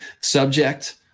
subject